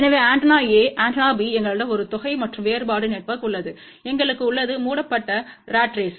எனவே antenna A antenna B எங்களிடம் ஒரு தொகை மற்றும் வேறுபாடு நெட்வொர்க் உள்ளது எங்களுக்கு உள்ளது மூடப்பட்ட ராட் ரேஸ்